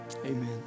Amen